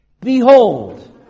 Behold